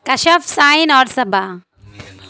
کشف شاہین اور صبا